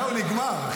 זהו, נגמר.